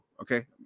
Okay